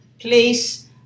place